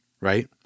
right